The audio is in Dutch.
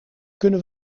kunnen